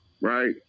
Right